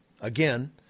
Again